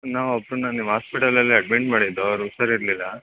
ನಮ್ಮ ಅಪ್ಪನ್ನ ನಿಮ್ಮ ಹಾಸ್ಪಿಟಲಲ್ಲೆ ಅಡ್ಮಿಟ್ ಮಾಡಿದ್ದು ಅವ್ರು ಹುಷಾರಿರ್ಲಿಲ್ಲ